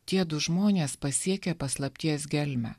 tie du žmonės pasiekė paslapties gelmę